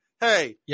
Hey